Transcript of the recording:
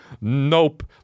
Nope